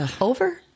Over